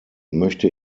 möchte